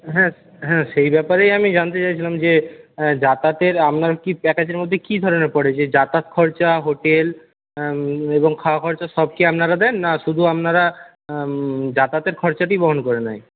হ্যাঁ হ্যাঁ সেই ব্যাপারেই আমি জানতে চাইছিলাম যে যাতায়াতের আপনার কি প্যাকেজের মধ্যে কী ধরনের পড়ে যে যাতায়াত খরচা হোটেল এবং খাওয়া খরচা সব কি আপনারা দেন না শুধু আপনারা যাতায়াতের খরচাটি বহন করে নেয়